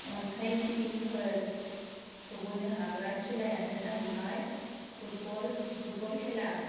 अनसायगिरि फोरखौ बोनो हाग्रा खेलाआनो जाहैबाय फुटबल खेला